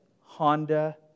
Honda